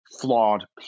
flawed